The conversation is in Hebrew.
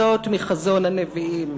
זאת מחזון הנביאים,